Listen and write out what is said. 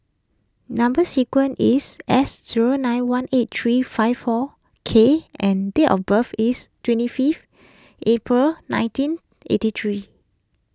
Number Sequence is S zero nine one eight three five four K and date of birth is twenty fifth April nineteen eighty three